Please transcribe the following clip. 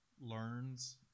learns